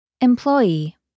Employee